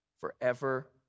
forever